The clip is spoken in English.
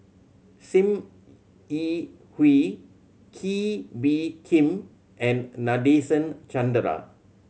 Sim Yi Hui Kee Bee Khim and Nadasen Chandra